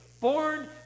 Born